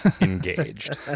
Engaged